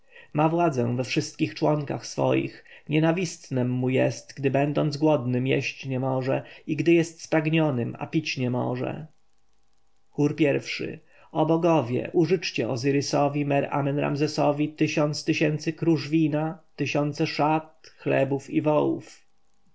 ma władzę we wszystkich członkach swoich nienawistnem mu jest gdy będąc głodnym jeść nie może i gdy jest spragnionym a pić nie może chór i-szy o bogowie użyczcie ozyrysowi-mer-amen-ramzesowi tysiące tysięcy kruż wina tysiące szat chlebów i wołów